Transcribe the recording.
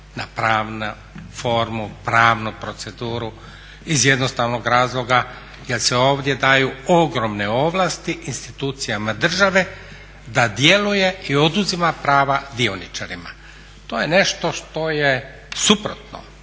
na pravnu formu, pravnu proceduru iz jednostavnog razloga jer se ovdje daju ogromne ovlasti institucijama države da djeluje i oduzima prava dioničarima. To je nešto što je suprotno